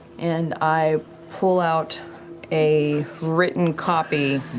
and i pull out a written copy